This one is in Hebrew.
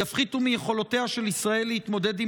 יפחיתו מיכולותיה של ישראל להתמודד עם